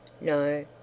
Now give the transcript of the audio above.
No